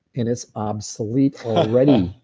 and it's obsolete already.